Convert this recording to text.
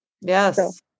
yes